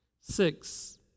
Six